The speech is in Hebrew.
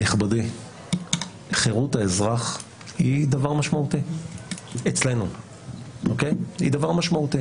נכבדי, חירות האזרח אצלנו היא דבר משמעותי.